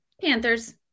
Panthers